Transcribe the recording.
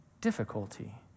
difficulty